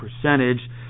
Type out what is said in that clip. percentage